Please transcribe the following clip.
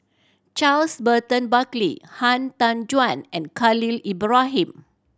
Charles Burton Buckley Han Tan Juan and Khalil Ibrahim